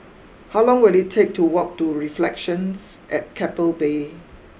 how long will it take to walk to Reflections at Keppel Bay